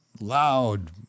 loud